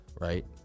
right